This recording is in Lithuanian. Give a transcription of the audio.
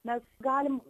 mes galim